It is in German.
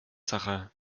sache